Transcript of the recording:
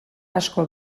asko